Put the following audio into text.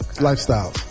Lifestyle